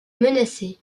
menacée